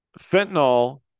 fentanyl